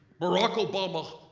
barack obamao